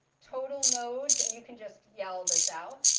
total nodes and you can just yell this out.